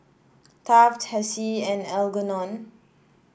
Taft Hessie and Algernon